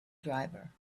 driver